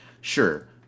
sure